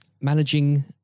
managing